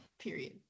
period